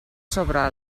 sobre